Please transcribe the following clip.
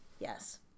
Yes